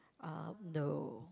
ah the